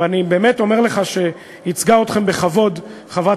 ואני באמת אומר לך שייצגה אתכם בכבוד חברת